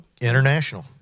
international